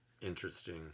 interesting